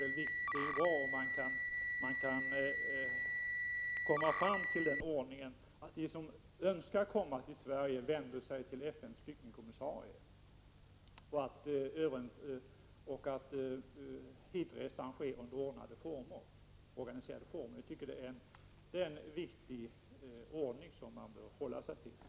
Det vore bra om man kunde nå fram till en sådan ordning att de som önskar komma till Sverige vänder sig till FN:s flyktingkommissarie och att hitresan sker under organiserade former. Det är den ordning man bör eftersträva.